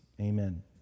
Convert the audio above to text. Amen